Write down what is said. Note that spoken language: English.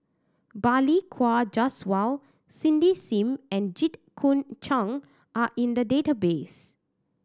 Balli Kaur Jaswal Cindy Sim and Jit Koon Ch'ng are in the database